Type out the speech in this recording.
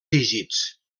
dígits